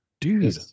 Dude